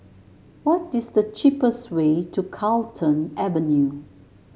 what is the cheapest way to Carlton Avenue